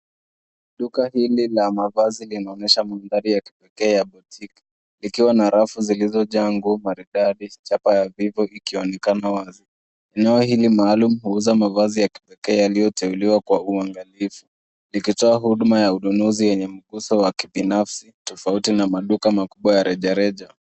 Duka hili la mavazi linaonyesha mandhari ya kipekee ya biashara ikiwa na rafu zilizojaa nguo maridadi. Eneo hili maalum huuza mavazi ya kipekee yaliyoteukiwa kwa uangalifu likitoa huduma ya ununuzi yenye nguzo wa kibinafsi tofauti na maduka kubwa ya rejareja.